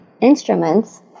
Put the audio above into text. instruments